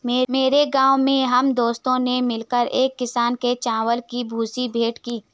मेरे गांव में हम दोस्तों ने मिलकर एक किसान को चावल की भूसी भेंट की